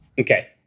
Okay